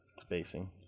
spacing